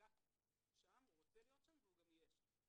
האגף שם, הוא רוצה להיות שם והוא גם יהיה שם.